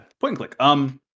point-and-click